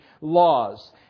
laws